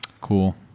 Cool